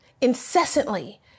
incessantly